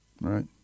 Right